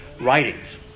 writings